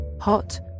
hot